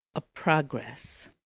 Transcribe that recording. a progress